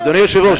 אדוני היושב-ראש,